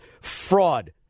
fraud